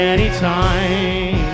Anytime